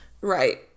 Right